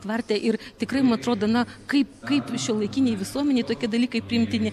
tvarte ir tikrai mum atrodo na kaip kaip šiuolaikinėj visuomenėj tokie dalykai priimtini